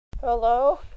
Hello